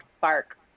Bark